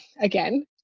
again